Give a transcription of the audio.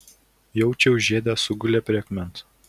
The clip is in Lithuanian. jaučiai užėdę sugulė prie akmens